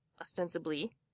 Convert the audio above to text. ostensibly